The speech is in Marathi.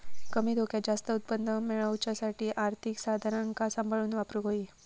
कमी धोक्यात जास्त उत्पन्न मेळवच्यासाठी आर्थिक साधनांका सांभाळून वापरूक होई